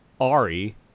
Ari